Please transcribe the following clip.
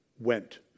went